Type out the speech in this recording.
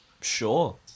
sure